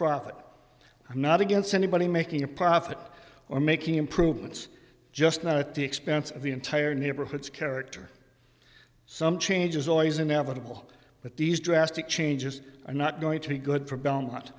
profit i'm not against anybody making a profit or making improvements just not at the expense of the entire neighborhoods character some change is always inevitable but these drastic changes are not going to be good for belmont